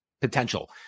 potential